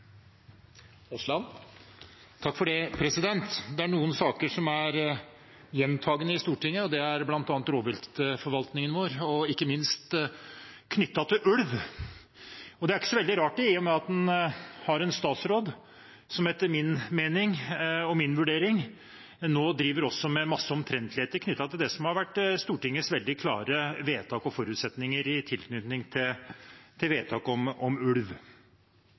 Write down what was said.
i Stortinget, bl.a. rovviltforvaltningen vår, ikke minst knyttet til ulv. Det er ikke så veldig rart, i og med at vi har en statsråd som, etter min mening og min vurdering, nå også driver med en masse omtrentligheter knyttet til det som har vært Stortingets veldig klare vedtak og forutsetninger i tilknytning til ulv. Skal vi lykkes med den todelte målsettingen innenfor rovviltforvaltningen vår, er vi helt avhengige av at det skapes tillit til